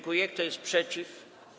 Kto jest przeciw?